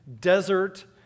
desert